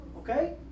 Okay